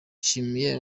nshimiye